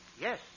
Yes